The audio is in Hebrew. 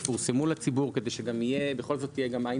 יפורסמו לציבור כדי שבכל זאת תהיה גם עין